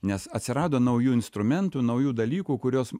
nes atsirado naujų instrumentų naujų dalykų kuriuos